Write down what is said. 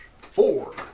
Four